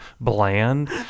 bland